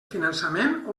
finançament